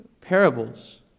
parables